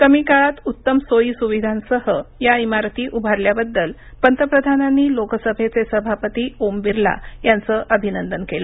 कमी काळात उत्तम सोयी सुविधांसह या इमारतीं उभारल्याबद्दल पंतप्रधानांनी लोकसभेचे सभापती ओम बिर्ला यांचं अभिनंदन केलं